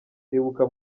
tebuka